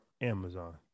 Amazon